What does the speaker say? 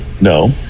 no